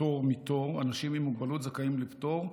(פטור מתור), אנשים עם מוגבלות זכאים לפטור מתור.